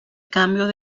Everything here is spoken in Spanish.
cambios